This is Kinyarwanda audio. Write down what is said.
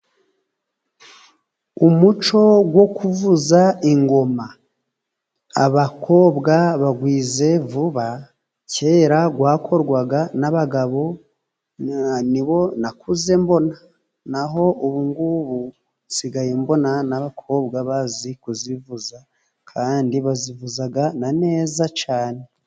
Umuco wo kuvuza ingoma abakobwa bawize vuba. Kera wakorwaga n'abagabo nibo nakuze mbona. Naho ubu nsigaye mbona n'abakobwa bazi kuzivuza kandi bazivuza neza cyane.